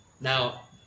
Now